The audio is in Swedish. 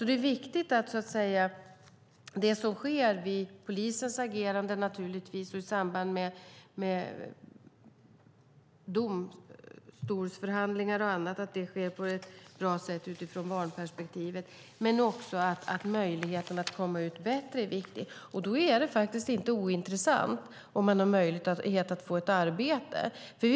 Det är viktigt att det som sker vid polisens agerande och i samband med domstolsförhandlingar och annat sker på ett bra sätt utifrån barnperspektivet, men även möjligheten att komma ut som en bättre person är viktig. Då är möjligheten att få ett arbete inte ointressant.